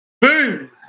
Boom